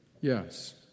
Yes